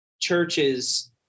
churches